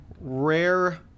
rare